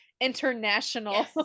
international